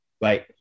right